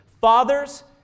Fathers